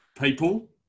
People